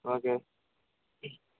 okay